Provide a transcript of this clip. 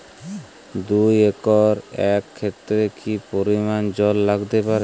দুই একর আক ক্ষেতে কি পরিমান জল লাগতে পারে?